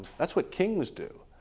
that's what kings do.